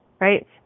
right